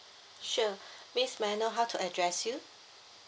sure miss may I know how to address you